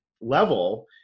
level